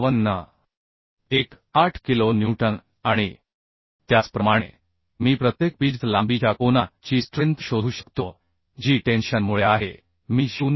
1 8 kilo newton आणि त्याचप्रमाणे मी प्रत्येक पिच लांबीच्या कोनाची स्ट्रेंथ शोधू शकतो जी टेन्शन मुळे आहे मी 0